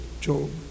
Job